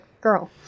girl